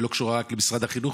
היא לא קשורה רק למשרד החינוך,